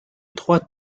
trois